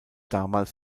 damals